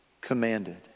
commanded